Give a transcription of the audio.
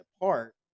apart